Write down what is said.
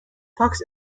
tux